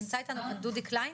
נמצא איתנו דודי קליין?